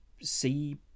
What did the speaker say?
see